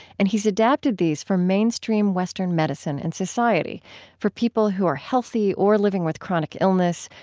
and he's adapted these for mainstream western medicine and society for people who are healthy or living with chronic illness,